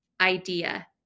idea